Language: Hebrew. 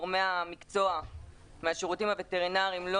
גורמי המקצוע מהשירותים הווטרינרים לא